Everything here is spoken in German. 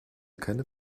keine